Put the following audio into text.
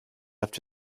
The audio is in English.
left